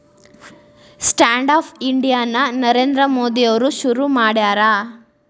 stand up India ನ ನರೇಂದ್ರ ಮೋದಿ ಅವ್ರು ಶುರು ಮಾಡ್ಯಾರ